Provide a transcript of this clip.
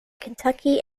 kentucky